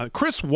Chris